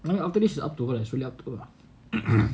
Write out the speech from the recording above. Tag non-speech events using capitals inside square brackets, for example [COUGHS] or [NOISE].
after this it is really up to her lah it is up to her [COUGHS]